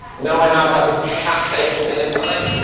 no one has like a cat steak for dinner tonight?